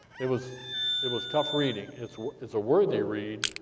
it was it was tough reading. it's it's a worthy read,